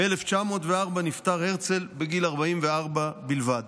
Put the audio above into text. ב-1904 נפטר הרצל בגיל 44 בלבד.